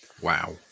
Wow